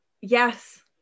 Yes